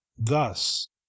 thus